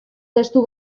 testu